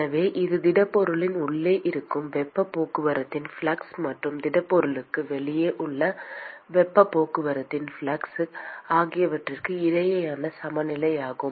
எனவே இது திடப்பொருளின் உள்ளே இருக்கும் வெப்பப் போக்குவரத்தின் ஃப்ளக்ஸ் மற்றும் திடப்பொருளுக்கு வெளியே உள்ள வெப்பப் போக்குவரத்தின் ஃப்ளக்ஸ் ஆகியவற்றுக்கு இடையேயான சமநிலையாகும்